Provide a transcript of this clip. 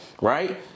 right